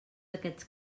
aquests